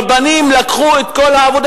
רבנים לקחו את כל העבודה.